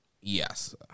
Yes